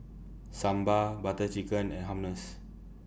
Sambar Butter Chicken and Hummus